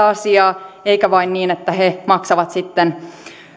asiaa eikä vain niin että he maksavat sitten